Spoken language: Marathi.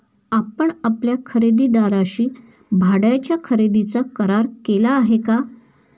आपण आपल्या खरेदीदाराशी भाड्याच्या खरेदीचा करार केला आहे का?